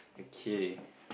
okay